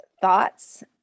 thoughts